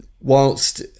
whilst